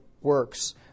Works